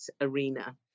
arena